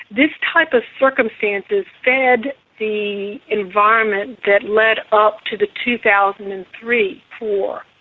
this type of circumstances fed the environment that led up to the two thousand and three war.